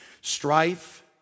Strife